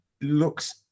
looks